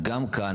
אז גם כאן,